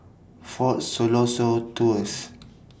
Fort Siloso Tours